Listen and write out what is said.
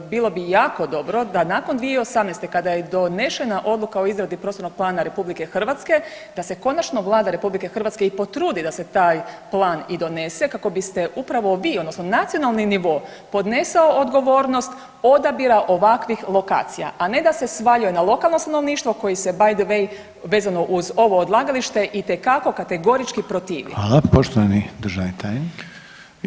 Bilo bi jako dobro da nakon 2018. kada je donešena odluka o izradi prostornog plana RH da se konačno Vlada RH i potrudi da se taj plan i donese kako biste upravo vi odnosno nacionalni nivo podnesao odgovornost odabira ovakvih lokacija, a ne da se svaljuje na lokalno stanovništvo koje se btw vezano uz ovo odlagalište itekako kategorički protivi.